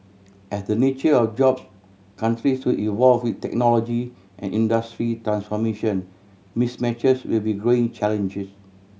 as the nature of jobs countries to evolve with technology and industry transformation mismatches will be growing challenges